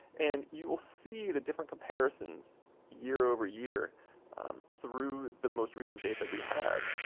and you will see the different comparisons year over year through the most recent date that we have.